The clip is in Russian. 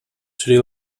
шри